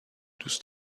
دوست